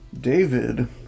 david